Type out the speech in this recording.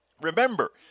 Remember